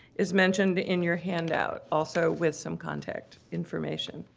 is mentioned in your handout also with some contact information.